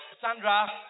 Sandra